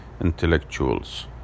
intellectuals